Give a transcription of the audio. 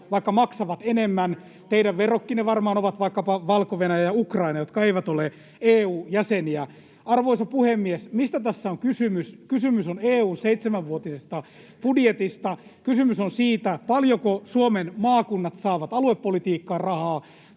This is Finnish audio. vaikka maksavat enemmän. Teidän verrokkinne varmaan ovat vaikkapa Valko-Venäjä ja Ukraina, jotka eivät ole EU-jäseniä. Arvoisa puhemies! Mistä tässä on kysymys? Kysymys on EU:n seitsemänvuotisesta budjetista. Kysymys on siitä, paljonko Suomen maakunnat saavat aluepolitiikkaan rahaa,